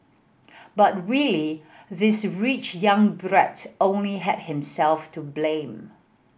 but really this rich young brat only had himself to blame